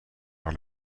par